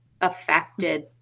affected